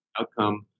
Outcome